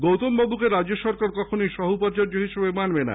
গৌতমবাবুকে রাজ্য সরকার কখনই সহ উপাচার্য হিসাবে মানবে না